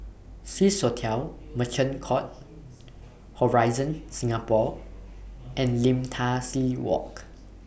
Swissotel Merchant Court Horizon Singapore and Lim Tai See Walk